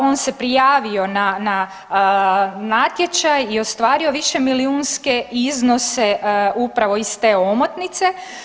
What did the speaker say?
On se prijavio na natječaj i ostvario višemilijunske iznose upravo iz te omotnice.